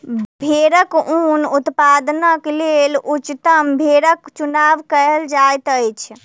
भेड़क ऊन उत्पादनक लेल उच्चतम भेड़क चुनाव कयल जाइत अछि